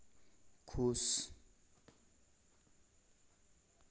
खुश